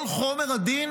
כל חומר הדין